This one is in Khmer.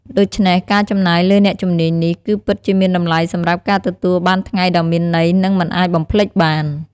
ដូច្នេះ ការចំណាយលើអ្នកជំនាញនេះ គឺពិតជាមានតម្លៃសម្រាប់ការទទួលបានថ្ងៃដ៏មានន័យ និងមិនអាចបំភ្លេចបាន។